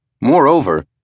Moreover